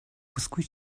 бүсгүй